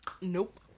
Nope